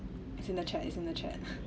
it's in the chat it's in the chat